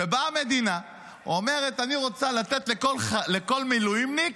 שבאה המדינה ואומרת: אני רוצה לתת לכל מילואימניק,